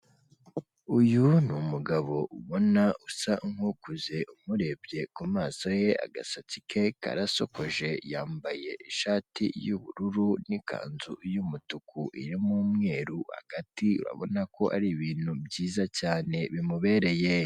Uyu ni umugabo ubona usa nk'ukuze umurebye ku maso ye agasatsi ke karasokoje, yambaye ishati y'ubururu n'ikanzu y'umutuku irimo umweru hagati, urabona ko ari ibintu byiza cyane bimubereye.